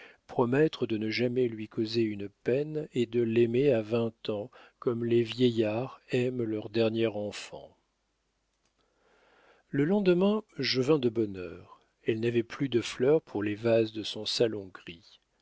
promettre de ne jamais lui causer une peine et de l'aimer à vingt ans comme les vieillards aiment leur dernier enfant le lendemain je vins de bonne heure elle n'avait plus de fleurs pour les vases de son salon gris